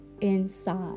inside